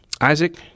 Isaac